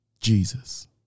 Jesus